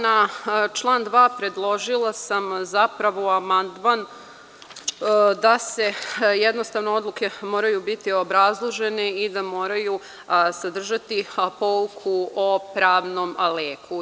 Na član 2. predložila sam amandman da jednostavno odluke moraju biti obrazložene i da moraju sadržati pouku o pravnom leku.